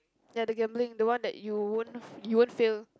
ya the gambling the one that you won't f~ you won't fail